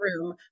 room